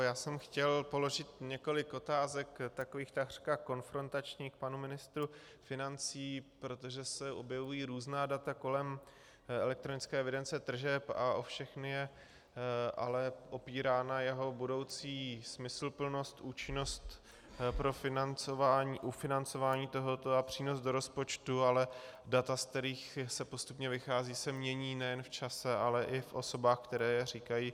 Já jsem chtěl položit několik otázek, takových takřka konfrontačních, k panu ministru financí, protože se objevují různá data kolem elektronické evidence tržeb a o všechna je ale opírána jeho budoucí smysluplnost, účinnost pro financování, ufinancování tohoto a přínos do rozpočtu, ale data, ze kterých se postupně vychází, se mění nejen v čase, ale i v osobách, které je říkají.